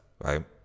right